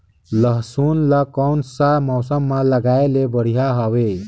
लसुन ला कोन सा मौसम मां लगाय ले बढ़िया हवे?